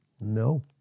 No